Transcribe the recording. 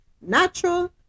natural